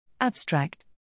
Abstract